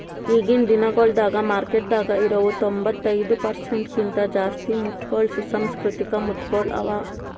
ಈಗಿನ್ ದಿನಗೊಳ್ದಾಗ್ ಮಾರ್ಕೆಟದಾಗ್ ಇರವು ತೊಂಬತ್ತೈದು ಪರ್ಸೆಂಟ್ ಕಿಂತ ಜಾಸ್ತಿ ಮುತ್ತಗೊಳ್ ಸುಸಂಸ್ಕೃತಿಕ ಮುತ್ತಗೊಳ್ ಅವಾ